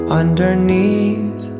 underneath